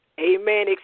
Amen